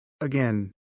again